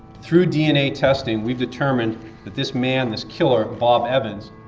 through dna testing, we've determined that this man, this killer, bob evans,